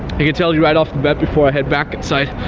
and can tell you right off the bat, before i head back inside,